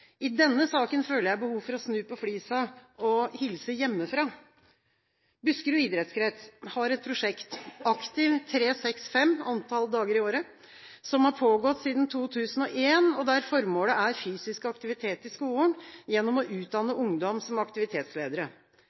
I denne saken føler jeg behov for å snu på flisa og hilse hjemmefra. Buskerud Idrettskrets har et prosjekt, Aktiv 365 – antall dager i året – som har pågått siden 2001, og der formålet er fysisk aktivitet i skolen gjennom å utdanne ungdom som aktivitetsledere.